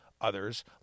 Others